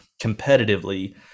competitively